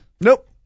Nope